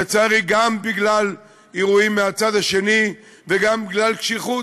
לצערי גם בגלל אירועים מהצד השני וגם בגלל קשיחות.